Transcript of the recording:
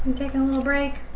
a little break?